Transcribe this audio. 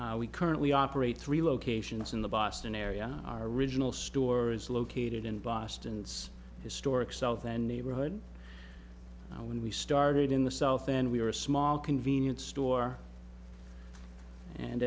staff we currently operate three locations in the boston area our original stores located in boston's historic south and neighborhood when we started in the south and we were a small convenience store and